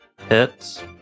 hits